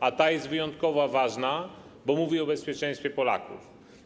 A ta jest wyjątkowa ważna, bo mówi o bezpieczeństwie Polaków.